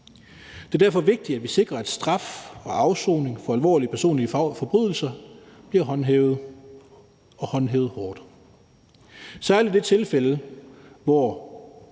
Det er derfor vigtigt, at vi sikrer, at straf og afsoning for alvorlige personfarlige forbrydelser bliver håndhævet og håndhævet hårdt, særlig i det tilfælde, hvor